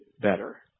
better